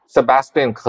Sebastian